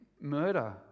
murder